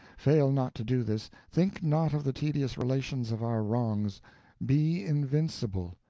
fail not to do this think not of the tedious relations of our wrongs be invincible.